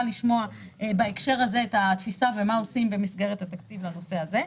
לשמוע בהקשר הזה את התפיסה ומה עושים במסגרת התקציב בנושא הזה.